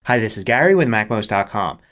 hi this is gary with macmost ah com.